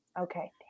okay